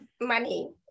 money